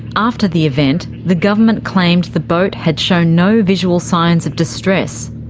after the event, the government claimed the boat had shown no visual signs of distress.